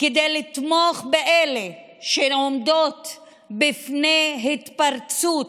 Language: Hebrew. כדי לתמוך באלה שעומדות בפני התפרצות